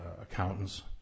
accountants